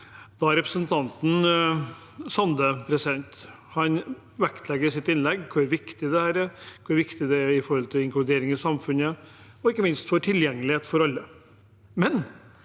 når representanten Sande vektlegger i sitt innlegg hvor viktig dette er, hvor viktig det er når det gjelder inkludering i samfunnet, og ikke minst for tilgjengelighet for alle, men